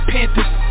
Panthers